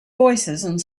voicesand